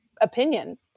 opinion